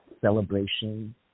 celebration